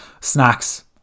snacks